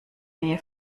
nähe